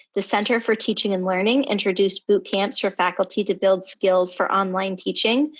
the center for teaching and learning introduced bootcamps for faculty to build skills for online teaching,